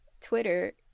Twitter